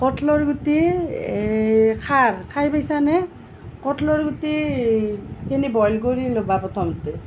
কঁঠালৰ গুটি খাৰ খাই পাইছানে কঁঠালৰ গুটিখিনি বইল কৰি ল'বা প্ৰথমতে